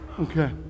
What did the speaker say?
Okay